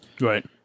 Right